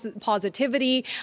positivity